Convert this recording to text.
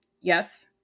Yes